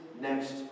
next